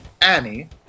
Annie